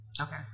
Okay